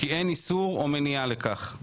כי אין איסור או מניעה לכך.